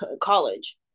college